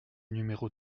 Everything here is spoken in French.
numéro